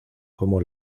como